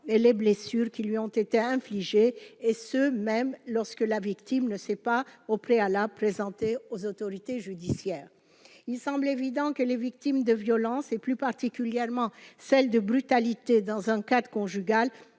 et les blessures qui lui ont été infligés et ce, même lorsque la victime ne s'est pas au préalable présenter aux autorités judiciaires, il semble évident que les victimes de violence, et plus particulièrement celle de brutalité dans un cas d'conjugales